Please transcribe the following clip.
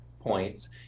points